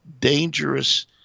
dangerous